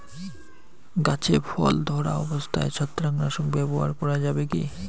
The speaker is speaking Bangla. গাছে ফল ধরা অবস্থায় ছত্রাকনাশক ব্যবহার করা যাবে কী?